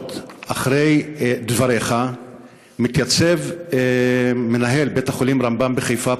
שעות אחרי דבריך מתייצב מנהל בית-החולים רמב"ם בחיפה,